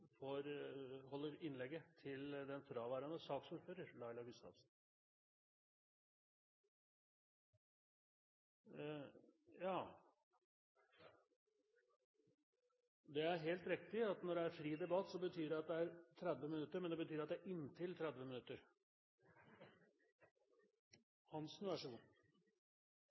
for det opprinnelige debattopplegget. – Presidenten anser det som vedtatt. President! Betyr det 30 minutters innlegg? Ja, det er helt riktig. Når det er fri debatt, betyr det 30 minutter – men det betyr inntil 30 minutter. Første taler er representanten Eva Kristin Hansen,